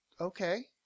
Okay